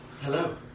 Hello